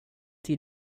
till